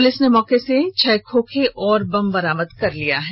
police ने मौके से छह खोखे और बम भी बरामद किया है